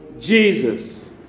Jesus